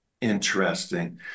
Interesting